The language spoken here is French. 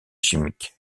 chimiques